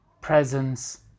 presence